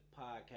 Podcast